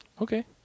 Okay